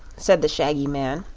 said the shaggy man,